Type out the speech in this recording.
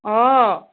অঁ